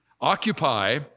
Occupy